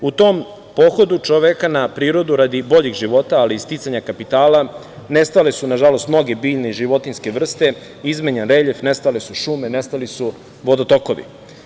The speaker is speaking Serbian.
U tom pohodu čoveka na prirodu, radi boljeg života, ali i sticanja kapitala nestale su nažalost, mnoge biljne i životinjske vrste, izmenjen reljef, nestale su šume, nestali su vodotokovi.